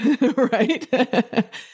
right